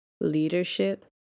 leadership